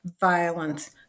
violence